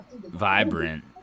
Vibrant